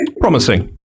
Promising